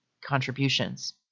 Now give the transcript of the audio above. contributions